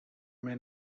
may